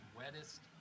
wettest